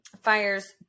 fires